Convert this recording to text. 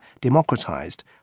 democratized